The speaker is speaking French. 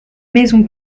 maison